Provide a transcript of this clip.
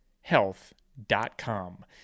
Health.com